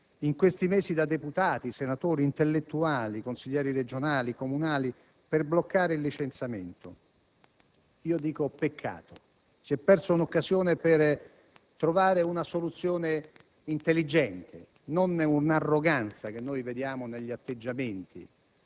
in questi mesi da deputati, senatori, intellettuali, consiglieri regionali e comunali per bloccare il licenziamento. Io dico: peccato, si è persa un'occasione per trovare una soluzione intelligente, non l'arroganza che riscontriamo negli atteggiamenti